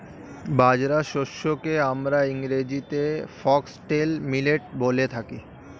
বাজরা শস্যকে আমরা ইংরেজিতে ফক্সটেল মিলেট বলে থাকি